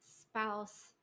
spouse